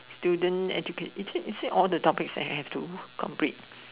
student educated is it is it all the topic that I have to complete